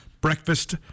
breakfast